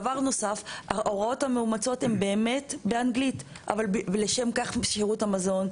דבר שני: ההוראות המאומצות הן באמת באנגלית אבל לשם כך שירות המזון,